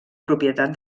propietat